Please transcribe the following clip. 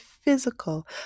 physical